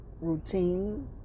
routine